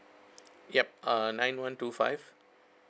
yup err nine one two five